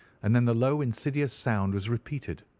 and then the low insidious sound was repeated.